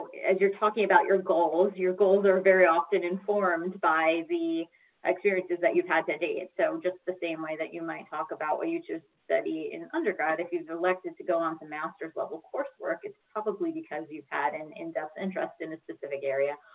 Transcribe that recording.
as you're talking about your goals, your goals are very often informed by the experiences that you've had to date. so just the same way that you might talk about what you choose to study in an undergrad. if you've elected to go on to master's level coursework, it's probably because you've had an in-depth interest in a specific area.